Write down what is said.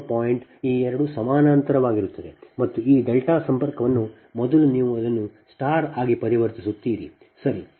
14 point ಈ ಎರಡು ಸಮಾನಾಂತರವಾಗಿರುತ್ತವೆ ಮತ್ತು ಈ ಡೆಲ್ಟಾ ಸಂಪರ್ಕವನ್ನು ಮೊದಲು ನೀವು ಅದನ್ನು ಸ್ಟಾರ್ ಆಗಗಿ ಪರಿವರ್ತಿಸುತ್ತೀರಿ ಸರಿ